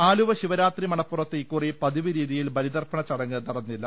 ആലുവ ശിവരാത്രി മണപ്പുറത്ത് ഇക്കുറി പതിവ് രീതിയിൽ ബലി തർപ്പണ ചടങ്ങ് നടന്നില്ല